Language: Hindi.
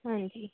हाँ जी